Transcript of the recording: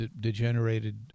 degenerated